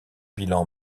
bilan